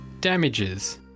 Damages